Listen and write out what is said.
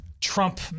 Trump